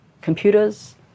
computers